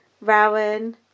Rowan